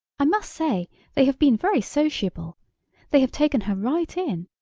i must say they have been very sociable they have taken her right in.